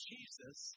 Jesus